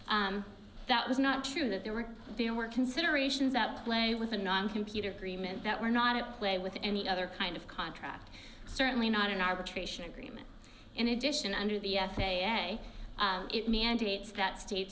said that was not true that there were there were considerations that play with a non computer cream and that were not to play with any other kind of contract certainly not an arbitration agreement in addition under the f a a it mandates that states